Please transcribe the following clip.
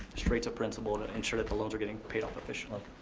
straight to principle, and ensure that the loans are getting paid off efficiently.